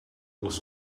was